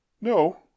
No